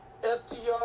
ftr